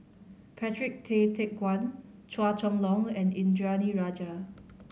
Patrick Tay Teck Guan Chua Chong Long and Indranee Rajah